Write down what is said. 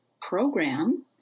program